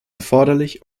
erforderlich